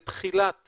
בתחילת